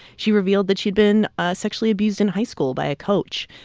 she revealed that she'd been ah sexually abused in high school by a coach.